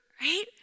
Right